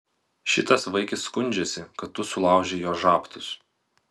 šitas vaikis skundžiasi kad tu sulaužei jo žabtus